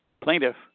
plaintiff